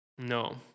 No